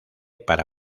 para